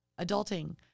adulting